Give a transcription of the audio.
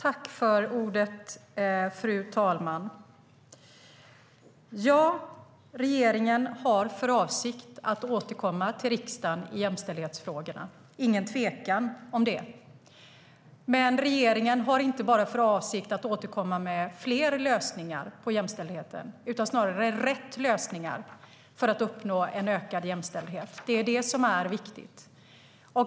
Fru talman! Ja, regeringen har för avsikt att återkomma till riksdagen i jämställdhetsfrågorna. Det är ingen tvekan om det. Men regeringen har inte för avsikt att återkomma med fler lösningar på jämställdheten utan snarare med rätt lösningar för att uppnå ökad jämställdhet. Det är det som är viktigt.